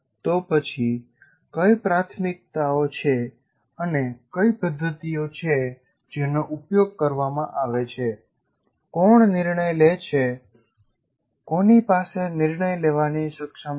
તો પછી કઈ પ્રાથમિકતાઓ છે અને કઈ પદ્ધતિઓ છે જેનો ઉપયોગ કરવામાં આવે છે કોણ નિર્ણય લે છે કોની પાસે નિર્ણય લેવાની સક્ષમ છે